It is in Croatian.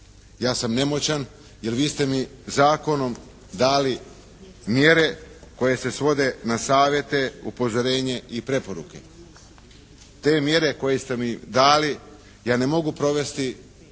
Ja sam nemoćan jer vi ste mi zakonom dali mjere koje se svode na savjete, upozorenje i preporuke. Te mjere koje ste mi dali ja ne mogu provesti